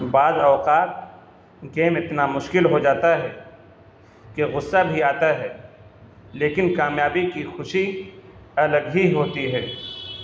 بعض اوقات گیم اتنا مشکل ہو جاتا ہے کہ غصہ بھی آتا ہے لیکن کامیابی کی خوشی الگ ہی ہوتی ہے